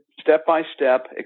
step-by-step